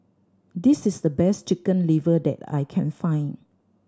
this is the best Chicken Liver that I can find